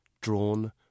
drawn